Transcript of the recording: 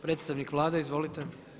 Predstavnik Vlade, izvolite.